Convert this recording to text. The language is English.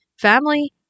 family